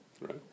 right